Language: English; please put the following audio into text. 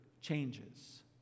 changes